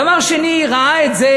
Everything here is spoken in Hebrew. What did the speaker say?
דבר שני, ראה את זה